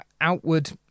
outward